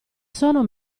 sono